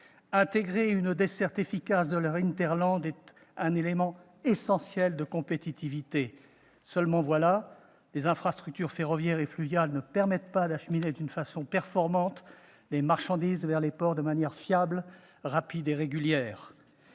Intégrer une desserte efficace de leur est un élément essentiel de compétitivité. Mais les infrastructures ferroviaires et fluviales ne permettent pas d'acheminer d'une façon performante les marchandises vers les ports de manière fiable, rapide et régulière.